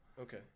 okay